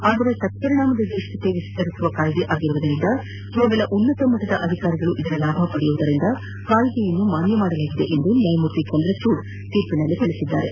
ಆದರೆ ತಕ್ಷರಿಣಾಮದ ಜೇಷ್ಠತೆ ವಿಸ್ತರಿಸುವ ಕಾಯ್ದೆ ಆಗಿರುವುದರಿಂದ ಕೇವಲ ಉನ್ನತ ಮಟ್ಟದ ಅಧಿಕಾರಿಗಳು ಇದರ ಲಾಭ ಪಡೆಯುವುದರಿಂದ ಕಾಯ್ದೆಯನ್ನು ಮಾನ್ಯ ಮಾಡಲಾಗಿದೆ ಎಂದು ನ್ಯಾಯಮೂರ್ತಿ ಚಂದ್ರಚೂಡ್ ತೀರ್ಪಿನಲ್ಲಿ ತಿಳಿಸಿದ್ದಾರೆ